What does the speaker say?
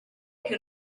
che